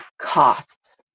costs